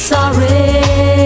Sorry